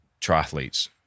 triathletes